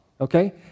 Okay